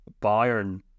Bayern